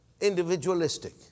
individualistic